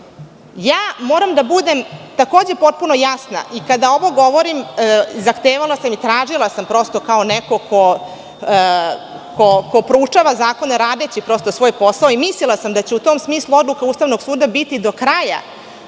zidanjem. Moram da budem, takođe, potpuno jasna i kada ovo govorim zahtevala sam i tražila sam, prosto kao neko ko proučava zakone radeći svoj posao i mislila sam da će u tom smislu odluka Ustavnog suda biti do kraja